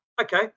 Okay